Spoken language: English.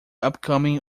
upcoming